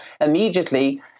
immediately